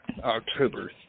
October